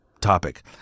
topic